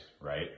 right